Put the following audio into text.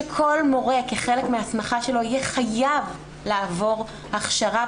שכל מורה כחלק מההסכמה שלו יהיה חייב לעבור הכשרה,